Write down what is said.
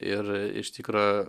ir iš tikro